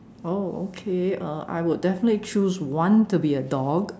oh okay uh I would definitely choose one to be a dog